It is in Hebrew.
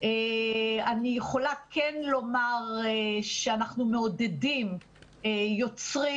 אני יכולה כן לומר שאנחנו מעודדים יוצרים,